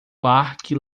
parque